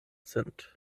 sind